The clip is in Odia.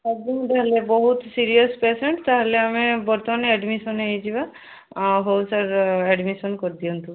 ସବୁ ତାହେଲେ ବହୁତ ସିରିଅସ୍ ପ୍ୟାମେଣ୍ଟ ତାହେଲେ ଆମେ ବର୍ତ୍ତମାନ ଆଡିମିସନ୍ ହୋଇଯିବା ଆଉ ହେଉ ସାର୍ ଆଡିମିସନ୍ କରିଦିଅନ୍ତୁ